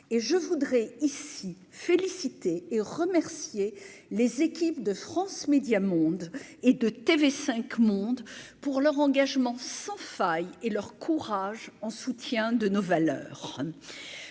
et je voudrais ici félicité et remercié les équipes de France Médias Monde et de TV5 Monde pour leur engagement sans faille et leur courage en soutien de nos valeurs